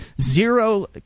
Zero